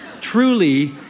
truly